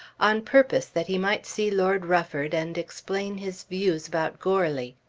on purpose that he might see lord rufford and explain his views about goarly.